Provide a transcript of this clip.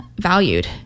valued